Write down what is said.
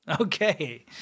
okay